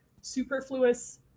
superfluous